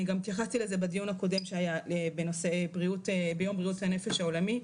אני התייחסתי לזה בדיון הקודם שהיה ביום בריאות הנפש העולמי.